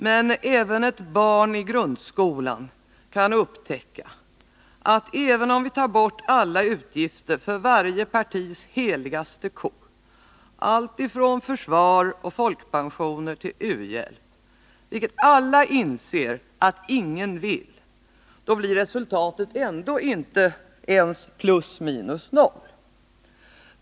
Men även ett barn i grundskolan kan upptäcka att även om vi tar bort alla utgifter för varje partis heligaste ko, alltifrån försvar och folkpensioner till u-hjälp — vilket alla inser att ingen vill — blir resultatet ändå inte ens plus minus noll.